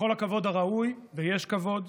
בכל הכבוד הראוי, ויש כבוד,